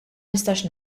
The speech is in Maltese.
nistax